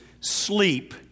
sleep